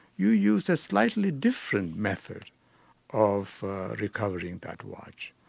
you use a slightly different method of recovering that watch.